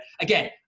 again